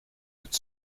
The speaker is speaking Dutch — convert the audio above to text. het